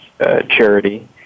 charity